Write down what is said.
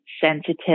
sensitive